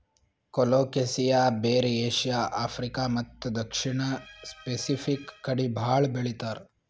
colocasia ಬೇರ್ Asia, Africa ಮತ್ತ್ ದಕ್ಷಿಣ್ ಸ್ಪೆಸಿಫಿಕ್ ಕಡಿ ಭಾಳ್ ಬೆಳಿತಾರ್